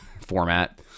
format